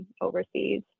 overseas